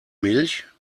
milch